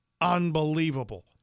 unbelievable